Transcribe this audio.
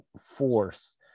force